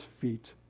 feet